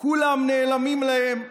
כולם נעלמים להם מהבגרויות.